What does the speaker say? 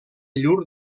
llur